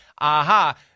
aha